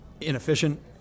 inefficient